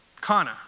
Kana